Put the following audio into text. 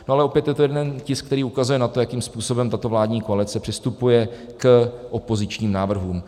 No ale opět je to jeden tisk, který ukazuje na to, jakým způsobem tato vládní koalice přistupuje k opozičním návrhům.